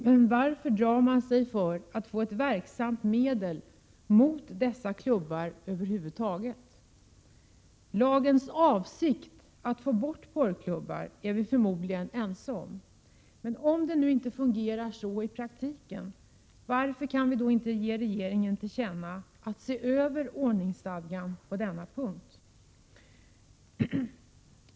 Men varför drar man sig för att få ett verksamt medel mot dessa klubbar över huvud taget? Lagens avsikt — att få bort porrklubbar — är vi förmodligen ense om. Men om det nu inte fungerar så i praktiken — varför kan vi då inte ge regeringen till känna att ordningsstadgan måste ses över på denna punkt?